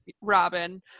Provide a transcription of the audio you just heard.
Robin